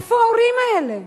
איפה ההורים האלה?